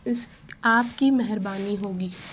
اس آپ کی مہربانی ہوگی